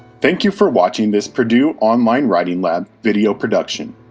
thank you for watching this purdue online writing lab video production.